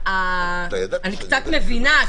אני קצת מבינה,